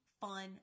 fun